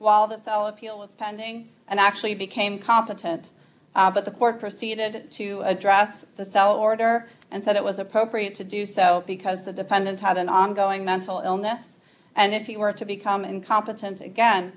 while the cell appeal is pending and actually became competent but the court proceeded to address the cell order and said it was appropriate to do so because the defendant had an ongoing mental illness and if he were to become incompetent again